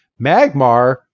Magmar